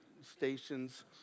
stations